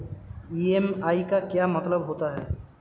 EMI का क्या मतलब होता है?